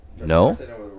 No